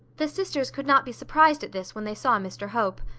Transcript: the sisters could not be surprised, at this when they saw mr hope.